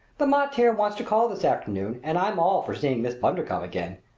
the mater wants to call this afternoon and i'm all for seeing miss bundercombe again.